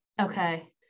Okay